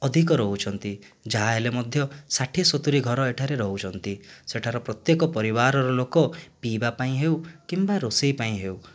ଅଧିକ ରହୁଛନ୍ତି ଯାହା ହେଲେ ମଧ୍ୟ ଷାଠିଏ ସତୁରି ଘର ଏଠାରେ ରହୁଛନ୍ତି ସେଠାର ପ୍ରତ୍ୟେକ ପରିବାରର ଲୋକ ପିଇବା ପାଇଁ ହେଉ କିମ୍ବା ରୋଷେଇ ପାଇଁ ହେଉ